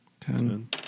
Ten